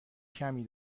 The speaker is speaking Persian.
کمی